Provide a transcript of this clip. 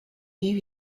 new